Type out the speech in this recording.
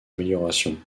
améliorations